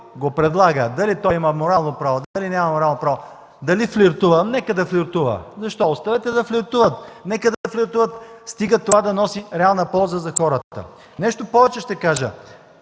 го предлага – дали той има морално право, дали няма морално право, дали флиртува...? Нека да флиртува – защо? – оставете да флиртуват, нека да флиртуват, стига това да носи реална полза за хората. Ще кажа